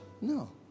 No